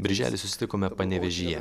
birželį susitikome panevėžyje